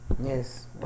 Yes